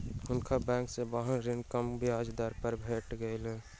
हुनका बैंक से वाहन ऋण कम ब्याज दर पर भेट गेलैन